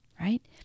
right